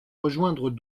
rejoindre